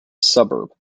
suburb